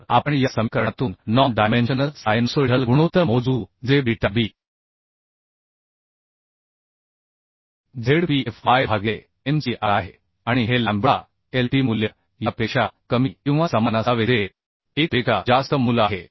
तर आपण या समीकरणातून नॉन डायमेन्शनल सायनुसोइडल गुणोत्तर मोजू जे beta b z p f y भागिले m c r आहे आणि हे लॅम्बडा l t मूल्य यापेक्षा कमी किंवा समान असावे जे 1 पेक्षा जास्त मूल आहे